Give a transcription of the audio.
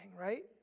right